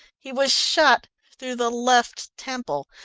he was shot through the left temple,